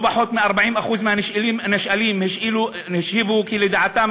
לא פחות מ-40% מהנשאלים השיבו כי לדעתם